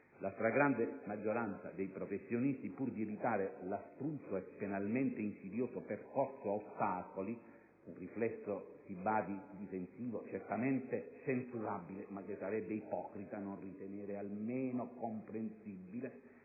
La stragrande maggioranza dei professionisti, pur di evitare l'astruso e penalmente insidioso percorso ad ostacoli (un riflesso difensivo certamente censurabile, ma che sarebbe ipocrita non ritenere almeno comprensibile),